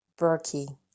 Berkey